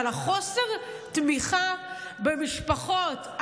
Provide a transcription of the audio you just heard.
אבל חוסר התמיכה במשפחות,